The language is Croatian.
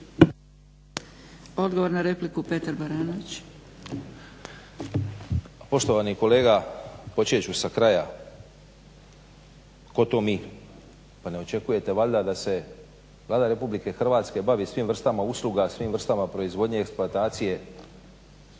**Baranović, Petar (HNS)** Poštovani kolega počet ću sa kraja. Tko to mi? Pa ne očekujete valjda da se Vlada RH bavi svim vrstama usluga, svim vrstama proizvodnje, eksploatacije.